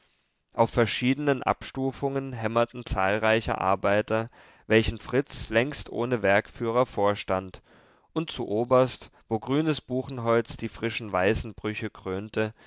auf verschiedenen abstufungen hämmerten zahlreiche arbeiter welchen fritz längst ohne werkführer vorstand und zu oberst wo grünes buchenholz die frischen weißen brüche krönte